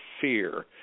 fear